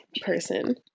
person